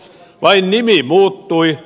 vain nimi muuttui